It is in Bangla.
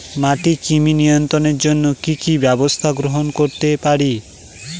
মাটির কৃমি নিয়ন্ত্রণের জন্য কি কি ব্যবস্থা গ্রহণ করতে পারি?